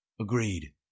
Agreed